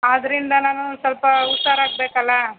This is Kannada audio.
ಆದ್ದರಿಂದ ನಾನು ಒಂದು ಸ್ವಲ್ಪ ಹುಷಾರಾಗ್ಬೇಕಲ್ಲ